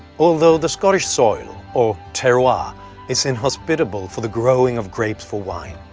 although the scottish soil or terroir ah is inhospitable for the growing of grapes for wine,